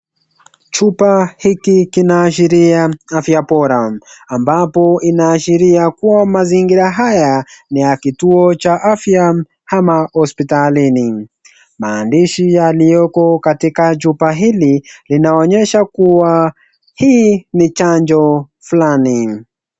Chupa hiki kinaashiria afya bora ambapo inaashiria kuwa mazingira haya ni ya kituo cha afya ama hospitalini. Maandishi yaliyoko katika chupa hili yanaonyesha kuwa hii ni chanjo fulani.